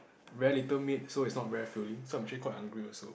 very little meat so it's not very filing so I'm actually quite hungry also